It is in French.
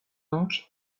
donc